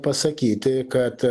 pasakyti kad